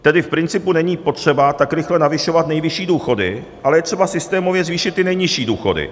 Tedy v principu není potřeba tak rychle navyšovat nejvyšší důchody, ale je třeba systémově zvýšit ty nejnižší důchody.